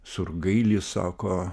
surgailis sako